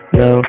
no